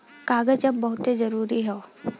कागज अब बहुते जरुरी हौ